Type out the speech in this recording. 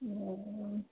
ओ